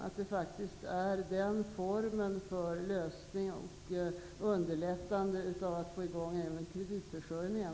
Det är faktiskt den bäst lämpade formen av lösning för att underlätta att få i gång även kreditförsörjningen.